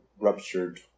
ruptured